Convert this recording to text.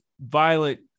violent